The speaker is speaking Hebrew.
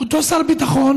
אותו שר ביטחון,